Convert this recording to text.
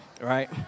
right